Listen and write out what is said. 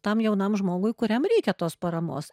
tam jaunam žmogui kuriam reikia tos paramos